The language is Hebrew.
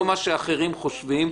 לא מה שאחרים חושבים.